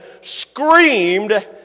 screamed